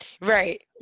Right